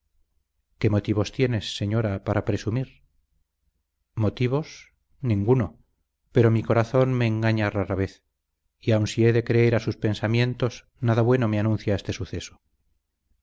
qué motivos tienes señora para presumir motivos ninguno pero mi corazón me engaña rara vez y aun si he de creer a sus pensamientos nada bueno me anuncia este suceso